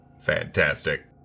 Fantastic